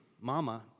Mama